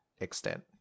extent